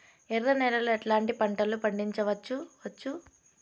ఎర్ర నేలలో ఎట్లాంటి పంట లు పండించవచ్చు వచ్చు?